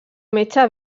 metge